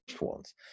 ones